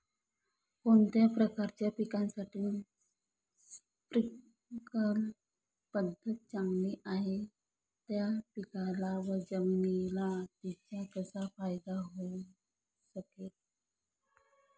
कोणत्या प्रकारच्या पिकासाठी स्प्रिंकल पद्धत चांगली आहे? त्या पिकाला व जमिनीला तिचा कसा फायदा होऊ शकेल?